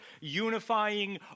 unifying